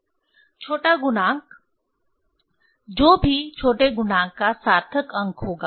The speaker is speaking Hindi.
छोटा गुणांक जो भी छोटे गुणांक का सार्थक अंक होगा